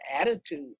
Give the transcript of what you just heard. attitude